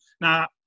now